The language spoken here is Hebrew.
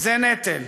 זה נטל.